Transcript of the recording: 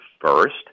first